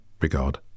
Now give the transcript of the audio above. regard